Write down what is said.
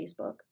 Facebook